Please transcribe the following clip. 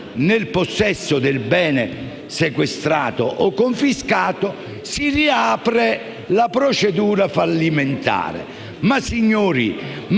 nel possesso del bene sequestrato o confiscato, si riapre la procedura fallimentare.